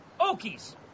Okies